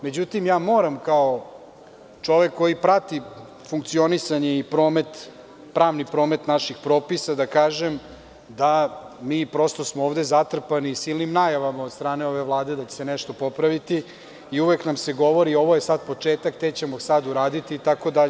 Međutim, ja moram kao čovek koji prati funkcionisanje i pravni promet naših propisa da kažem da smo mi prosto ovde zatrpani silnim najavama od strane ove Vlade da će se nešto popraviti i uvek nam se govori – ovo je sad početak, tek ćemo sad uraditi itd.